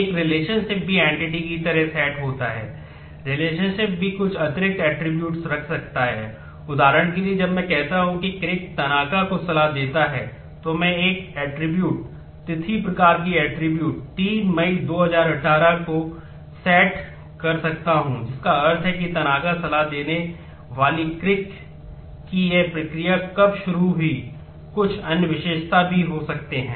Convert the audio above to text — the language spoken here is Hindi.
एक रिलेशनशिप सलाह देने वाली क्रिक की यह प्रक्रिया कब शुरू हुई कुछ अन्य विशेषता भी हो सकते हैं